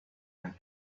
and